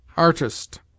Artist